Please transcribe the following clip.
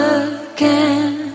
again